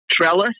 trellis